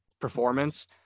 performance